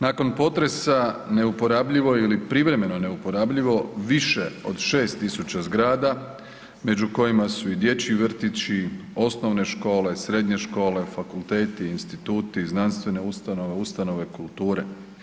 Nakon potresa neuporabljivo ili privremeno neuporabljivo više od 6.000 zgrada među kojima su i dječji vrtići, osnovne škole, srednje škole, fakulteti, instituti, znanstvene ustanove, ustanove kulture.